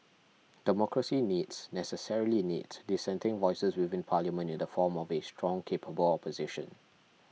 democracy needs necessarily needs dissenting voices within Parliament in the form of a strong capable opposition